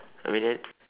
I mean that